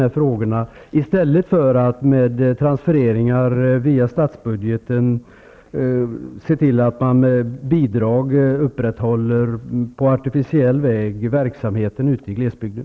Jag hoppas alltså att man gör på detta sätt i stället för att med tranfereringar via statsbudgeten se till att verksamheten med bidrag på artificiell väg upprätthålls ute i glesbygden.